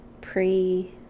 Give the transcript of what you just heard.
pre